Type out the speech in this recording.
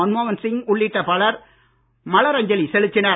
மன்மோகன் சிங் உள்ளிட்ட பலர் மலர் அஞ்சலி செலுத்தினர்